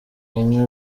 ubumwe